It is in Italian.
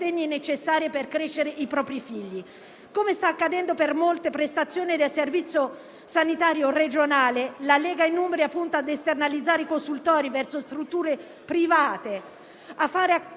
sostegno necessari per crescere i propri figli. Come sta accadendo per molte prestazioni del Servizio sanitario regionale, la Lega in Umbria punta ad esternalizzare i consultori verso strutture private, a fare